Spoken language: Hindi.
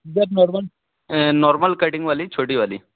जस नॉरमल नॉर्मल कटिंग वाली छोटी वाली